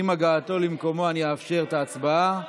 עם הגעתו למקומו, אני אאפשר את ההצבעה.